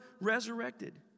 resurrected